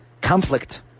conflict